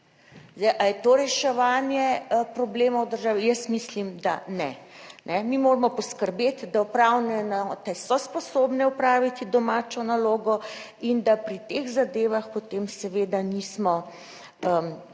Zdaj, ali je to reševanje problemov v državi? Jaz mislim, da ne. Mi moramo poskrbeti, da upravne enote so sposobne opraviti domačo nalogo in da pri teh zadevah potem seveda nismo,